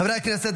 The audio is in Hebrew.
חברי הכנסת,